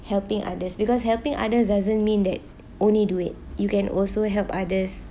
helping others because helping others doesn't mean that only do it you can also help others